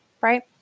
right